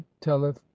telleth